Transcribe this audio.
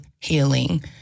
healing